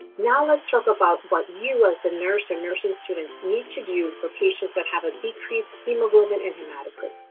now let's talk about what you as a nurse and nursing student need to do for patients that have a decreased hemoglobin and hematocrit.